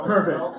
Perfect